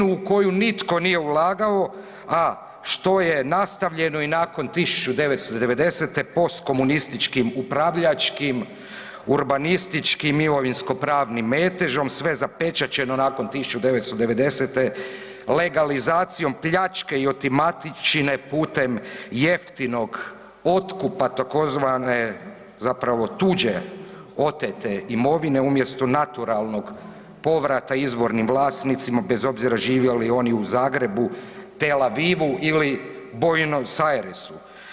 Rujinu u koju nitko nije ulagao, a što je nastavljeno i nakon 1990. postkomunističkim upravljačkim urbanističkim imovinsko-pravnim metežom, sve zapečaćeno nakon 1990. legalizacijom pljačke i otimačine putem jeftinog otkupa tzv. zapravo tuđe otete imovine, umjesto naturalnog povrata izvornim vlasnicima, bez obzira živjeli oni u Zagrebu, Tel Avivu ili Buenos Airesu.